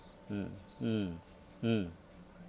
mm mm mm